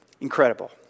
Incredible